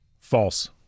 False